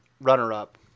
runner-up